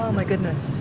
my goodness.